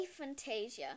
Aphantasia